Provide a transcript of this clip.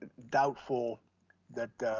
doubtful that